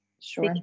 Sure